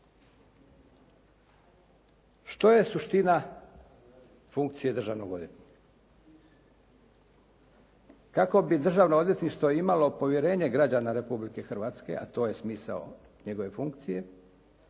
Što je suština funkcije državnog odvjetnika? Kako bi Državno odvjetništvo imalo povjerenje građana Republike Hrvatske, a to je smisao njegove funkcije